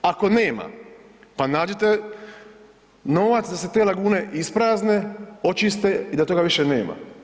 Ako nema, pa nađite novac da se te lagune isprazne, očiste i da toga više nema.